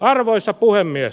arvoisa puhemies